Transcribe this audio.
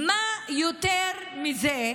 יותר מזה,